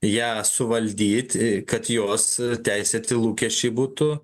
ją suvaldyti kad jos teisėti lūkesčiai būtų